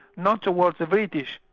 not towards the british.